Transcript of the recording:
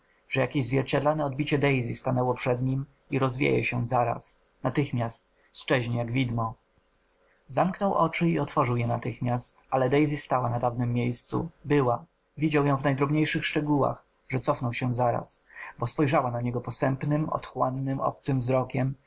jakieś zwierciadlane odbicie daisy stanęło przed nim i rozwieje się zaraz natychmiast sczeznie jak widmo zamknął oczy i otworzył je natychmiast ale daisy stała na dawnem miejscu była widział ją w najdrobniejszych szczegółach że cofnął się naraz bo spojrzała na niego posępnym otchłannym obcym wzrokiem